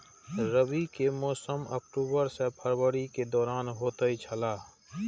रबी के मौसम अक्टूबर से फरवरी के दौरान होतय छला